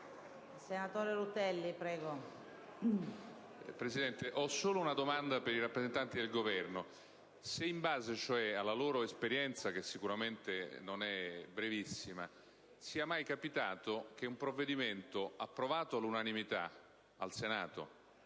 Presidente, vorrei rivolgere una domanda ai rappresentanti del Governo. In base alla loro esperienza, che sicuramente non è brevissima, è mai capitato che un provvedimento approvato all'unanimità al Senato,